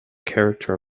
character